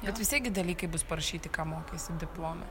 bet vis tiek gi dalykai bus parašyti ką mokaisi diplome